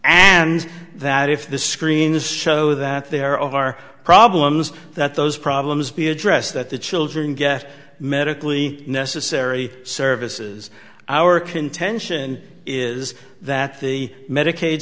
and that if the screens show that there are problems that those problems be addressed that the children get medically necessary services our contention is that the medicaid